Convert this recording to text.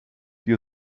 your